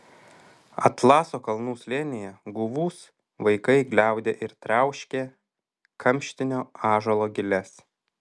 atlaso kalnų slėnyje guvūs vaikai gliaudė ir triauškė kamštinio ąžuolo giles